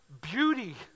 beauty